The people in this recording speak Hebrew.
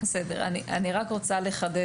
אני רק רוצה לחדד,